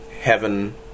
heaven